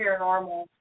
paranormal